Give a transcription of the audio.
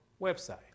website